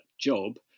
job